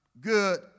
good